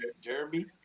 jeremy